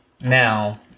now